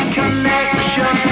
connection